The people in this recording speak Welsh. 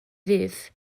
ddydd